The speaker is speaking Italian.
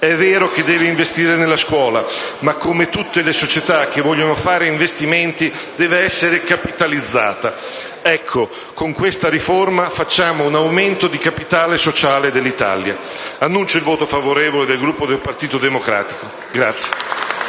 è vero che deve investire nella scuola, ma, come tutte le società che vogliono fare investimenti, deve essere capitalizzata. Ecco, con questa riforma facciamo un aumento di capitale sociale dell'Italia. Dichiaro pertanto il voto favorevole del Gruppo del Partito Democratico.